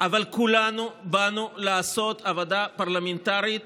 אבל כולנו באנו לעשות עבודה פרלמנטרית